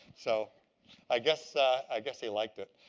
so i guess i guess he liked it.